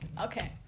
Okay